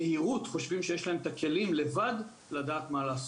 שביהירות חושבים שיש להם את הכלים לבד לדעת מה לעשות.